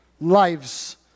Lives